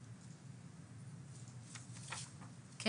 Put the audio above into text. בואו, גם עיכבו להם את התור.